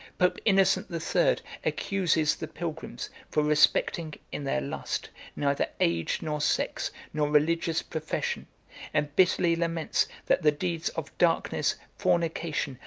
pope innocent the third accuses the pilgrims for respecting, in their lust, neither age nor sex, nor religious profession and bitterly laments that the deeds of darkness, fornication,